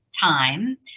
time